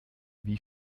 wie